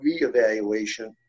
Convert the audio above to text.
reevaluation